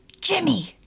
Jimmy